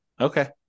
Okay